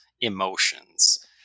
emotions